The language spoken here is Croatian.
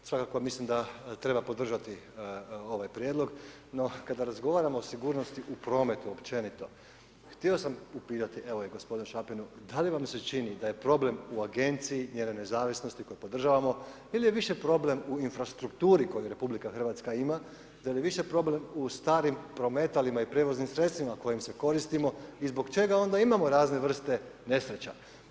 Svakako mislim da treba podržati ovaj prijedlog no kad razgovaramo o sigurnosti u prometu općenito, htio sam upitati evo i gospodina Šapinu, da li vam se čini da je problem u agenciji, njene nezavisnosti koje podržavamo ili je više problem u infrastrukturi koju RH ima, je li više problem u starim prometalima i prijevoznim sredstvima kojima se koristimo i zbog čega onda imamo razne vrste nesreća?